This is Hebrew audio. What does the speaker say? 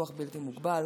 כוח בלתי מוגבל.